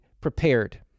prepared